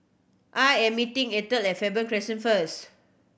I am meeting Ethel at Faber Crescent first